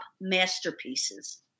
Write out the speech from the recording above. masterpieces